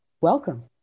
welcome